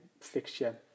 fixture